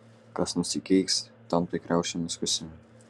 kas nusikeiks tam tuoj kriaušę nuskusime